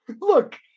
Look